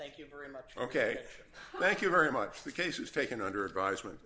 thank you very much ok thank you very much the case is taking under advisement